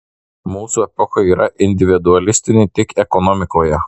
mūsų epocha yra individualistinė tik ekonomikoje